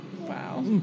Wow